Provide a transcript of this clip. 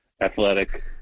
athletic